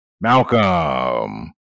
Malcolm